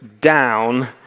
down